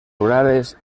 rurales